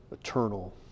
eternal